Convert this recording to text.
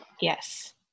Yes